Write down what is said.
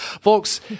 folks